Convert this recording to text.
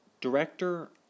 Director